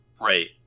Right